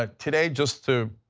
ah today, just to